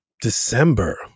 December